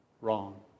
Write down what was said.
wrong